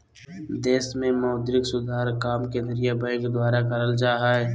देश मे मौद्रिक सुधार काम केंद्रीय बैंक द्वारा करल जा हय